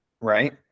Right